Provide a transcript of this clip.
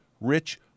rich